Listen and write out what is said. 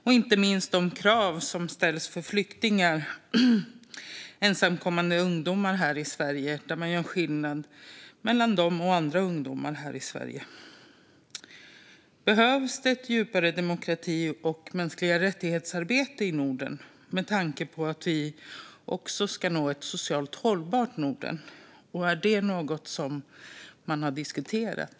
Inte minst gäller det de krav som ställs på ensamkommande flyktingungdomar här i Sverige, där man gör skillnad mellan dem och andra ungdomar i Sverige. Behövs det ett djupare arbete för demokrati och mänskliga rättigheter i Norden, med tanke på att vi ska nå ett socialt hållbart Norden? Är det något man har diskuterat?